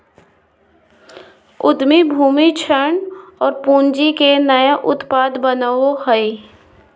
उद्यमी भूमि, श्रम और पूँजी के नया उत्पाद बनावो हइ